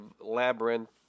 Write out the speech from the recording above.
labyrinth